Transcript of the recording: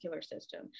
system